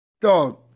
Dog